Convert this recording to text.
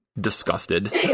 disgusted